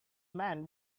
man